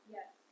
Yes